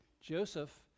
Joseph